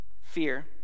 fear